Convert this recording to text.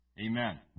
Amen